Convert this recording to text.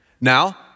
Now